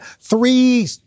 three